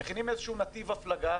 מכינים נתיב הפלגה,